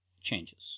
changes